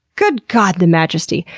good god the majesty!